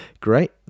great